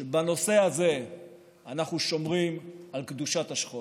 שבנושא הזה אנחנו שומרים על קדושת השכול.